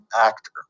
actor